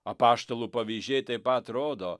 apaštalų pavyzdžiai taip pat rodo